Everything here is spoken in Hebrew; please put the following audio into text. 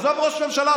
עזוב את ראש הממשלה,